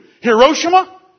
Hiroshima